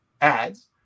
ads